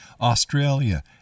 Australia